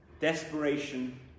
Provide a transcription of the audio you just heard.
Desperation